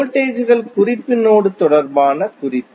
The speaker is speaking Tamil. வோல்டேஜ் கள் குறிப்பு நோடு தொடர்பான குறிப்பு